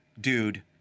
dude